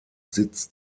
sitz